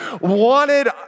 wanted